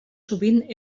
sovint